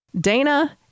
Dana